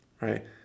right